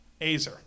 Azer